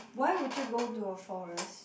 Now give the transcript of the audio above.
why would you go to a forest